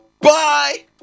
bye